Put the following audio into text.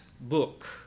book